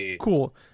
Cool